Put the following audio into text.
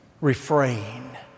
refrain